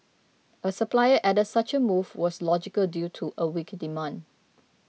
a supplier added such a move was logical due to a weak demand